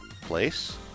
place